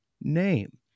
name